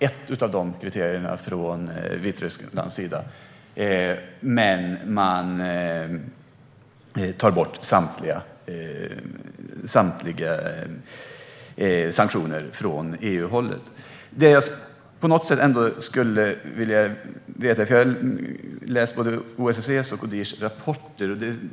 Vitryssland uppfyller ett av dessa kriterier, och så tas samtliga sanktioner bort från EU-håll. Jag har läst både OSSE:s och Odhirs rapporter.